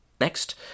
Next